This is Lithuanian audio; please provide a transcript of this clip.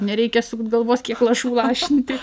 nereikia sukt galvos kiek lašų lašinti